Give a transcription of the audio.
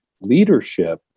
leadership